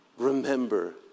Remember